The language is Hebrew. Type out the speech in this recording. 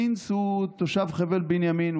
מינץ הוא תושב חבל בנימין,